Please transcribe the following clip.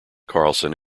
carlson